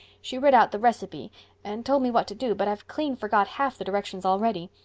she writ out the recipe and told me what to do but i've clean forgot half the directions already.